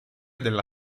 della